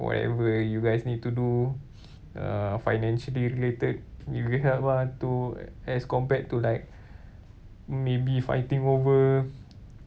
whatever you guys need to do uh financially related it will help lah too as compared to like maybe fighting over